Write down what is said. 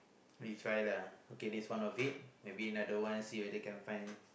you try lah okay this one of it maybe another one see whether can find